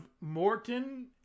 Morton